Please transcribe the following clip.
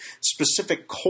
specific